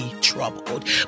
troubled